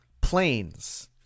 Planes